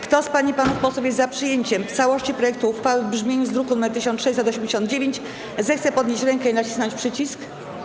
Kto z pań i panów posłów jest za przyjęciem w całości projektu uchwały w brzmieniu z druku nr 1678, zechce podnieść rękę i nacisnąć przycisk.